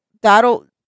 that'll